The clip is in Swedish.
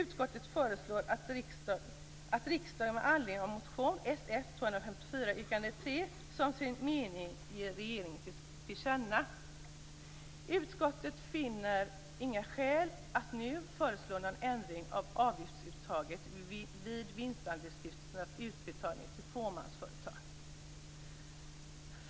Utskottet föreslår att riksdagen med anledning av motion Sf254 yrkande 3 som sin mening ger regeringen detta till känna. Utskottet finner inte skäl att nu föreslå någon ändring av avgiftsuttaget vid vinstandelsstiftelsernas utbetalning till fåmansföretag.